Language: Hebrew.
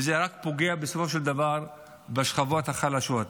ובסופו של דבר זה פוגע רק בשכבות החלשות,